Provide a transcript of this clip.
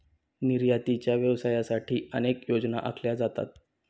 निर्यातीच्या व्यवसायासाठी अनेक योजना आखल्या जातात